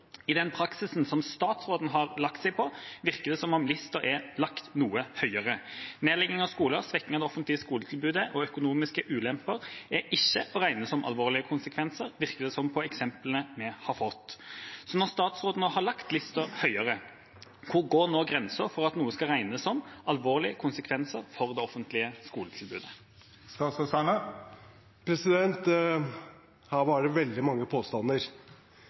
I den praksisen som statsråden har lagt seg på, virker det som om lista er lagt noe høyere. Nedlegging av skoler, svekking av det offentlige skoletilbudet og økonomiske ulemper er ikke å regne som alvorlige konsekvenser, virker det som på eksemplene vi har fått. Så når statsråden har lagt lista høyere: Hvor går nå grensa for at noe skal regnes som alvorlige konsekvenser for det offentlige skoletilbudet? Her var det veldig mange påstander.